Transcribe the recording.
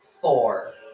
Four